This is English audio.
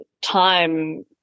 time